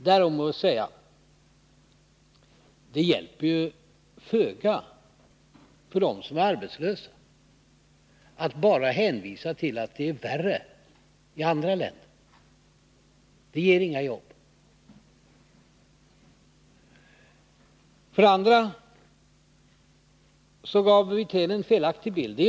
Härom må sägas: Det hjälper föga de arbetslösa att bara hänvisa till att det är värre i andra länder. Det ger inga jobb. Vidare gav herr Wirtén en felaktig bild.